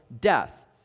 death